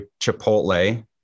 Chipotle